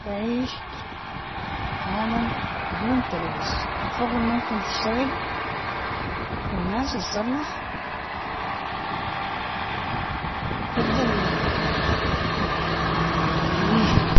نعيش في عالم بدون تلوث، الفقر ممكن تشتغل و الناس تصلح، يقدر يعني يعيشوا.